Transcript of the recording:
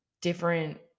different